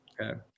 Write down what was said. Okay